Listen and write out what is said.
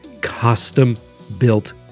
custom-built